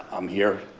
i'm here,